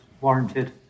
warranted